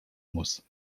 muss